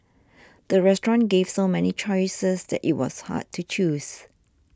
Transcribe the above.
the restaurant gave so many choices that it was hard to choose